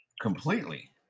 completely